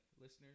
Listeners